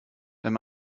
wenn